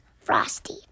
Frosty